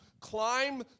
climb